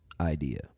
idea